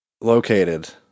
located